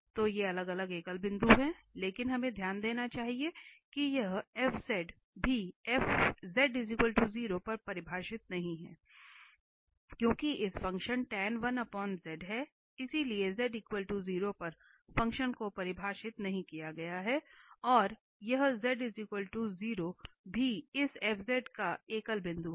तो ये अलग अलग एकल बिंदु हैं लेकिन हमें ध्यान देना चाहिए कि यह f भी z 0 पर परिभाषित नहीं है क्योंकि यह फंक्शन है इसलिए z 0 पर फ़ंक्शन को परिभाषित नहीं किया गया है और इसलिए यह z 0 भी इस f का एक एकल बिंदु है